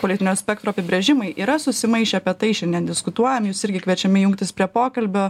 politinio spektro apibrėžimai yra susimaišę apie tai šiandien diskutuojam jūs irgi kviečiami jungtis prie pokalbio